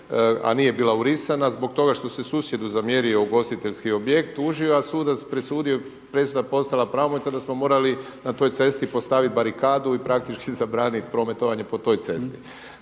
a nije bila urisana zbog toga što se susjedu zamjerio ugostiteljski objekt tužio, a sudac presudio presuda je postala pravomoćna da smo morali na toj cesti postaviti barikadu i praktički zabraniti prometovanje po toj cesti.